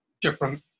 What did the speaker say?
different